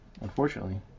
unfortunately